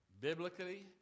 biblically